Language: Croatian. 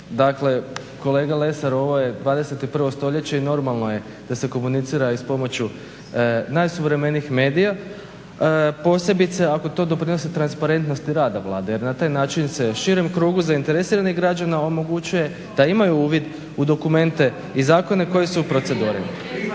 Dakle, kolega Lesar ovo je 21. stoljeće i normalno je da se komunicira i s pomoću najsuvremenijih medija posebice ako to doprinosi transparentnosti rada Vlade jer na taj način se širem krugu zainteresiranih građana omogućuje da imaju uvid u dokumente i zakone koji su u proceduri.